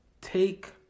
take